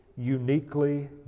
uniquely